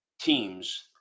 teams